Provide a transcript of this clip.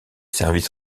services